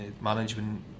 Management